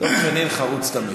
דב חנין חרוץ תמיד.